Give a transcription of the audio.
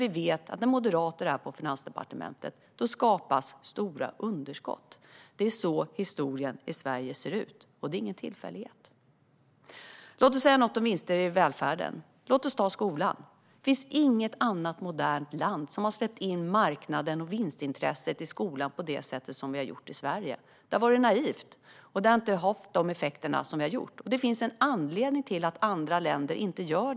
Vi vet också att när moderater är på Finansdepartementet skapas stora underskott. Det är så historien i Sverige ser ut, och det är ingen tillfällighet. Låt oss säga något om vinster i välfärden - låt oss tala om skolan. Det finns inget annat modernt land som har släppt in marknaden och vinstintresset i skolan på det sätt som vi har gjort i Sverige. Det har varit naivt, och det har inte fått de effekter som avsågs. Det finns en anledning till att andra länder inte gör detta.